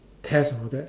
test objects